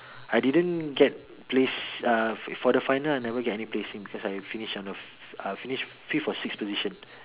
I didn't get placed uh for the final I never get any placing because I finish under uh finished fifth or sixth position